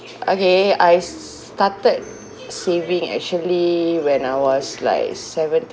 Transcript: okay I started saving actually when I was like seventeen